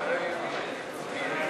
אחריו, חבר הכנסת מצנע.